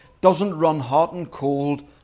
doesn't-run-hot-and-cold